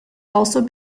also